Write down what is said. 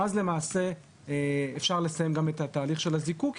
יהיה אפשר לסיים את תהליך הזיקוק,